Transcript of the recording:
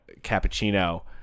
cappuccino